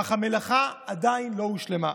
אך המלאכה עדיין לא הושלמה.